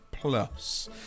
plus